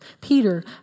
Peter